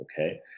okay